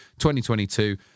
2022